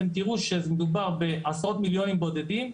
אתם תראו שמדובר בעשרות מיליונים בודדים,